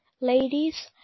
ladies